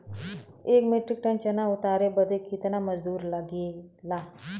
एक metric ton चना उतारे बदे कितना मजदूरी लगे ला?